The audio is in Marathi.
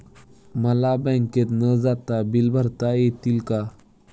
मला बँकेत न जाता बिले भरता येतील का?